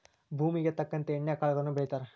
ಭೂಮುಗೆ ತಕ್ಕಂತೆ ಎಣ್ಣಿ ಕಾಳುಗಳನ್ನಾ ಬೆಳಿತಾರ